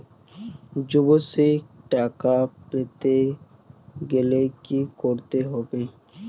যুবশ্রীর টাকা পেতে গেলে কি করতে হবে?